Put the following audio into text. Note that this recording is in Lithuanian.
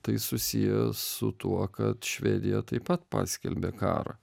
tai susiję su tuo kad švedija taip pat paskelbė karą